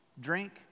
drink